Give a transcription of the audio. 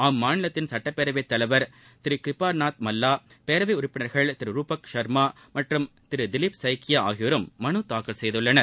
அம்மாநிலத்தின் சட்டப்பேரவைத்தலைவர் திரு கிருபானாத் மல்லா பேரவை உறுப்பினர்கள் திரு ருபக் ஷர்மா மற்றும் திரு திலிப் சைக்கியா ஆகியோரும் மனு தாக்கல் செய்துள்ளனர்